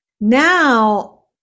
Now